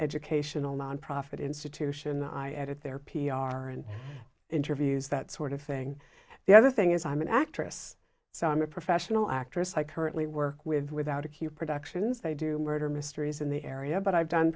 educational nonprofit institution i edit their p r interviews that sort of thing the other thing is i'm an actress so i'm a professional actress i currently work with without a q productions they do murder mysteries in the area but i've done